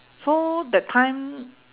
so that time